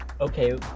Okay